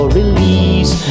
release